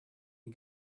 you